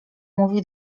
mówi